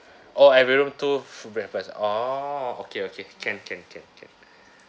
oh every room two f~ breakfast oh okay okay can can can can